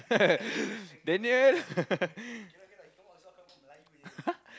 Daniel